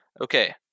okay